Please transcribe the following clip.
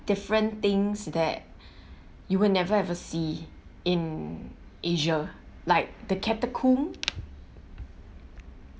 different things that you will never ever see in asia like the catacomb